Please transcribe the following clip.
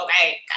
okay